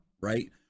right